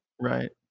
Right